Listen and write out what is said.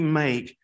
make